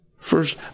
first